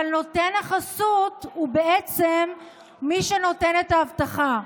אבל נותן החסות הוא בעצם מי שנותן את האבטחה.